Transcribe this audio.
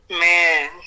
Man